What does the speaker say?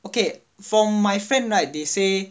okay for my friend right they say